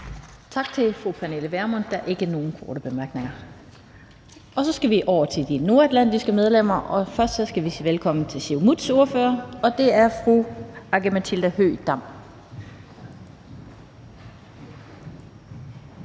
Tak til fru Pernille Vermund. Der er ikke nogen korte bemærkninger. Så skal vi over til de nordatlantiske medlemmer, og først skal vi sige velkommen til Siumuts ordfører, og det er fru Aki-Matilda Høegh-Dam.